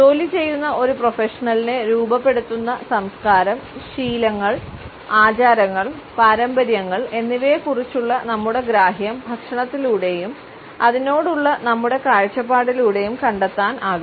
ജോലി ചെയ്യുന്ന ഒരു പ്രൊഫഷണലിനെ രൂപപ്പെടുത്തുന്ന സംസ്കാരം ശീലങ്ങൾ ആചാരങ്ങൾ പാരമ്പര്യങ്ങൾ എന്നിവയെക്കുറിച്ചുള്ള നമ്മുടെ ഗ്രാഹ്യം ഭക്ഷണത്തിലൂടെയും അതിനോടുള്ള നമ്മുടെ കാഴ്ചപ്പാടിലൂടെയും കണ്ടെത്താനാകും